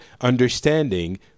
understanding